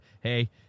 hey